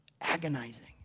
agonizing